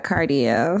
Cardio